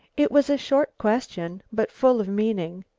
it was a short question, but full of meaning,